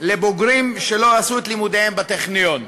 לבוגרים שלא עשו את לימודיהם בטכניון.